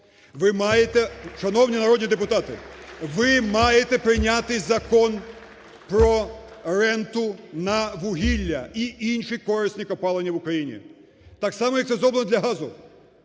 Шановні народні депутати, ви маєте прийняти Закон про ренту на вугілля і інші корисні копалини в Україні. Так само, як це зроблено для газу.